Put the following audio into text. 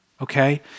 okay